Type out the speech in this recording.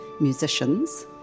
musicians